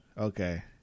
Okay